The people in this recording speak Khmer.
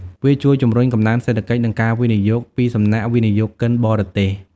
វាជួយជំរុញកំណើនសេដ្ឋកិច្ចនិងការវិនិយោគពីសំណាក់វិនិយោគិនបរទេស។